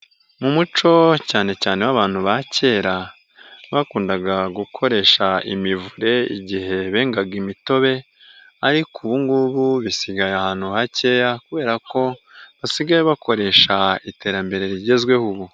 Mu muco cyane cyane w'abantu ba kera, bakundaga gukoresha imivure igihe bengaga imitobe ariko ubu ngubu bisigaye ahantu hakeya, kubera ko basigaye bakoresha iterambere rigezweho ubu.